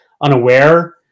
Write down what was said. unaware